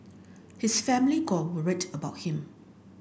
his family got worried about him